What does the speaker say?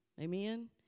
Amen